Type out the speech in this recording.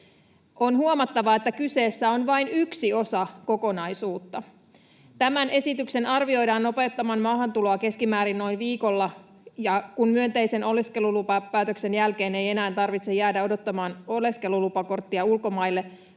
On huomattava, että kyseessä on vain yksi osa kokonaisuutta. Tämän esityksen arvioidaan nopeuttavan maahantuloa keskimäärin noin viikolla, kun myönteisen oleskelulupapäätöksen jälkeen ei enää tarvitse jäädä odottamaan oleskelulupakorttia ulkomaille